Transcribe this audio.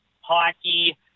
hockey